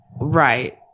Right